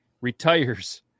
retires